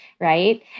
right